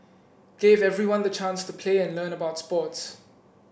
gave everyone the chance to play and learn about sports